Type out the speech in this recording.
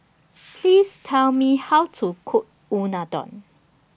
Please Tell Me How to Cook Unadon